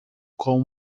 com